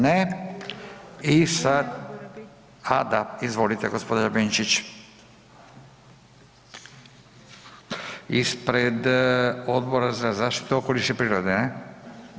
Ne, i sad, a da, izvolite gospodine Benčić ispred Odbora za zaštitu okoliša i prirode ne?